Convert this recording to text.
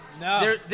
No